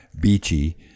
Beachy